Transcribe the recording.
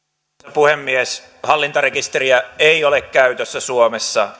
puhemies hallintarekisteriä ei ole käytössä suomessa